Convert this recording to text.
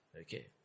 Okay